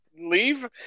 leave